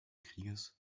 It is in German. krieges